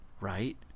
right